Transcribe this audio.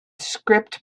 script